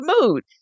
mood